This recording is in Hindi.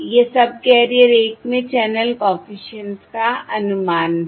यह सबकेरियर 1 में चैनल कॉफिशिएंट्स का अनुमान है